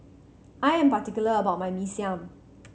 I am particular about my Mee Siam